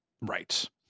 Right